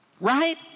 right